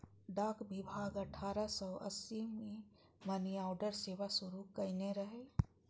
डाक विभाग अठारह सय अस्सी मे मनीऑर्डर सेवा शुरू कयने रहै